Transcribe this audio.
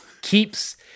keeps